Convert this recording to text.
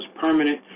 permanent